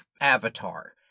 avatar